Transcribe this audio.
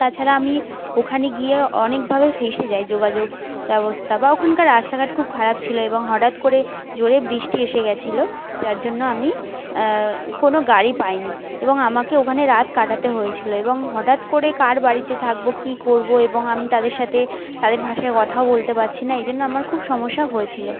তাছাড়া আমি ওখানে গিয়ে অনেকভাবে ফেসে যাই যোগাযোগ ব্যবস্থা বা ওখানকার রাস্তাঘাট খুব খারাপ ছিল এবং হটাৎ করে জোরে বৃষ্টি এসে গেছিলো যার জন্য আমি কোনো গাড়ি পাইনি এবং আমাকে ওখানে রাত কাটাতে হয়েছিলো এবং হটাৎ করে কার বাড়িতে থাকবো কি করবো এবং আমি তাদের সাথে তাদের ভাষায় কথাও বলতে পারছি না এই জন্য আমার খুব সমস্যা হয়েছিলো